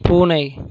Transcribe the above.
பூனை